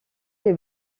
les